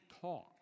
talk